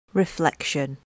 Reflection